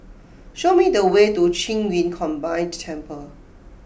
show me the way to Qing Yun Combined Temple